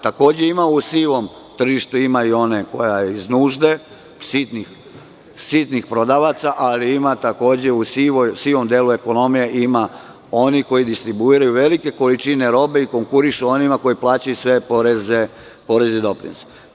Takođe, u sivom tržištu ima i one koja je iz nužde, sitnih prodavaca, ali ima u sivom delu ekonomije i onih koji distribuiraju velike količine robe i konkurišu onima koji plaćaju sve poreze i doprinose.